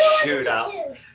shootout